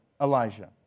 Elijah